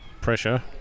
pressure